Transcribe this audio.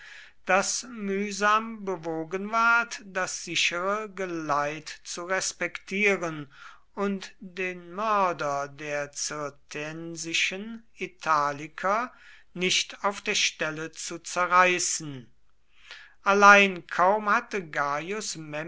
das mühsam bewogen ward das sichere geleit zu respektieren und den mörder der cirtensischen italiker nicht auf der stelle zu zerreißen allein kaum hatte